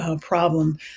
problem